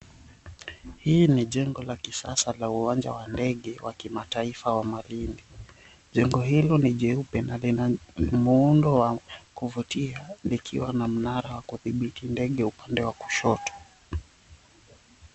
Hii ni jengo la kisasa la uwanja wa ndege wa kimataifa wa Malindi, jengo hilo ni jeupe na lina muundo wa kuvutia likiwa na mnara wa kudhibiti ndege upande wa kushoto.